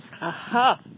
Aha